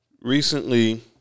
Recently